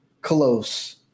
close